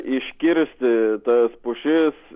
iškirsti tas pušis